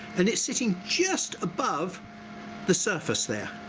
then it's sitting just above the surface there